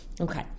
Okay